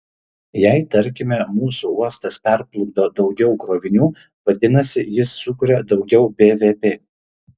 jei tarkime mūsų uostas perplukdo daugiau krovinių vadinasi jis sukuria daugiau bvp